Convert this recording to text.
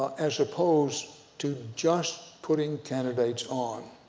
as opposed to just putting candidates on